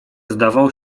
zdawał